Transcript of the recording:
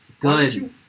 Good